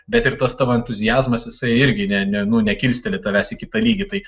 bet ir tas tavo entuziazmas jisai irgi ne ne nu nekilsteli tavęs į kitą lygį tai